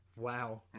Wow